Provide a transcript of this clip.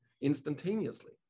instantaneously